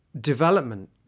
development